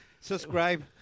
Subscribe